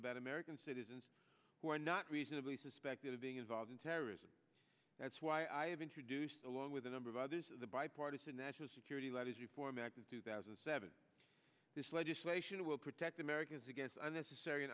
about american citizens who are not reasonably suspected of being involved in terrorism that's why i have introduced along with a number of others the bipartisan national security letters reform act of two thousand and seven this legislation will protect americans against a necessary